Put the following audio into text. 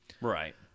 Right